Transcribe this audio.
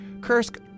Kursk